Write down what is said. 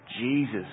Jesus